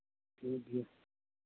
ᱴᱷᱤᱠ ᱜᱮᱭᱟ